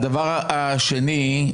דבר שני,